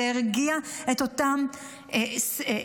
זה הרגיע את אותן הזיות,